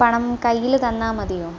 പണം കയ്യിൽ തന്നാൽ മതിയോ